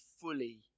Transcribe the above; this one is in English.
fully